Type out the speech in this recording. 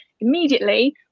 immediately